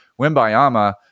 Wimbayama